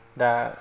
दा